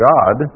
God